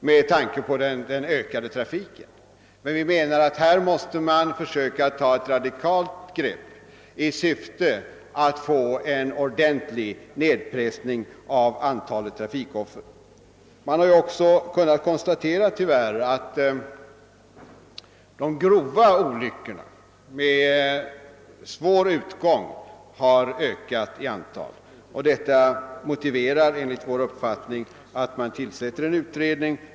Vi anser att man måste försöka ta ett radikalt grepp i syfte att få en ordentlig nedpressning av antalet trafikoffer. Man har tyvärr också kunnat konstatera att antalet: svåra trafikolyckor har ökat. Detta motiverar enligt vår mening att man tillsätter en utredning.